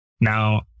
Now